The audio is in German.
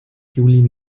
juli